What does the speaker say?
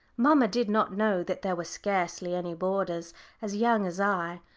mamma did not know that there were scarcely any boarders as young as i,